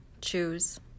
Choose